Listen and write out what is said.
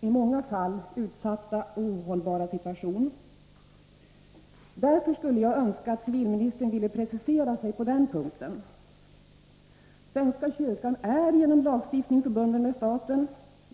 i många fall utsatta och ohållbara situation. Därför skulle jag önska att civilministern ville precisera sig på denna punkt. Svenska kyrkan är genom lagstiftning förbunden med staten.